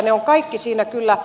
ne ovat kaikki siinä kyllä